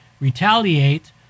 retaliate